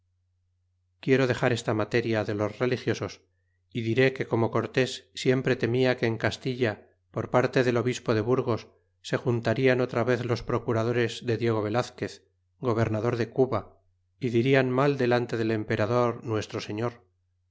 quiero dexar esta materia de los religiosos é diré que como cortés siempre temia que en castilla por parte del obispo de burgos se juntarian otra vez los procuradores de diego velazquez gobernador de cuba é dirian mal delante del emperador nuestro señor